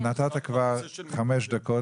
תאונות דרכים,